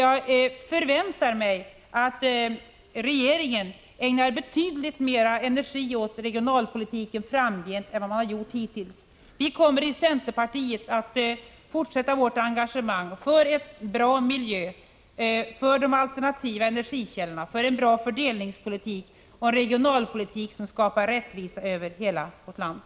Jag förväntar mig att regeringen ägnar betydligt mer energi åt regionalpolitiken framgent än vad man har gjort hittills. Vi i centerpartiet kommer att fortsätta vårt engagemang för en bra miljö, för de alternativa energikällorna och för en bra fördelningspolitik och en regionalpolitik som skapar rättvisa över hela vårt land.